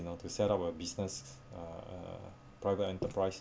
you know to set up a business uh a private enterprise